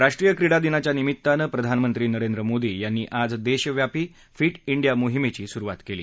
राष्ट्रीय क्रीडा दिनाच्या निमित्तानं प्रधानमंत्री नरेंद्र मोदी यांनी आज देशव्यापी फिट इंडिया मोहिमेची सुरुवात केली